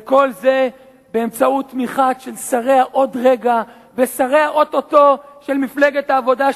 וכל זה באמצעות תמיכה של שרי ה"עוד רגע" והאו-טו-טו של מפלגת העבודה,